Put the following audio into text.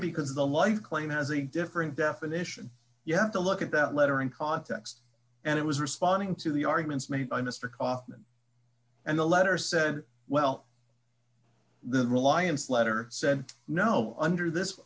because the life claim has a different definition you have to look at that letter in context and it was responding to the arguments made by mr kaufman and the letter said well the reliance letter said no under this